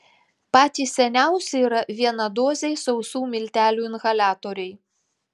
patys seniausi yra vienadoziai sausų miltelių inhaliatoriai